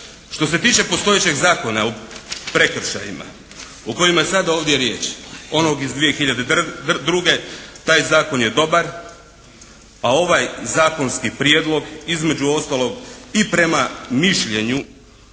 Što se tiče postojećeg Zakona o prekršajima u kojem je sada ovdje riječ onog iz 2002. taj zakon je dobar a ovaj zakonski prijedlog između ostalog i prema mišljenju